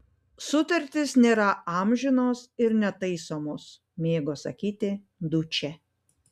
sutartys nėra amžinos ir netaisomos mėgo sakyti dučė